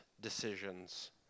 decisions